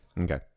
Okay